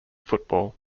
football